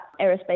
aerospace